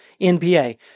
NPA